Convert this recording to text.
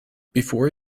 before